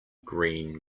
green